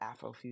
Afrofuturism